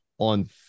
on